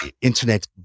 Internet